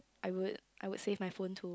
I would I would save my phone too